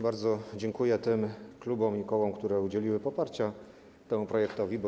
Bardzo dziękuję klubom i kołom, które udzieliły poparcia temu projektowi ustawy.